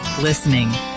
listening